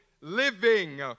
living